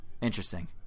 Interesting